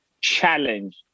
challenge